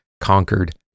conquered